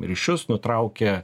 ryšius nutraukia